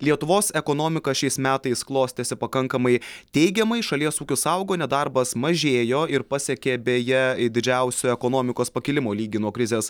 lietuvos ekonomika šiais metais klostėsi pakankamai teigiamai šalies ūkis augo nedarbas mažėjo ir pasiekė beje į didžiausio ekonomikos pakilimo lygį nuo krizės